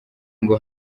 ngo